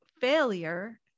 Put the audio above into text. failure